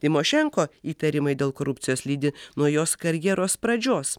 tymošenko įtarimai dėl korupcijos lydi nuo jos karjeros pradžios